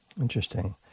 Interesting